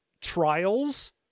trials